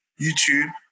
YouTube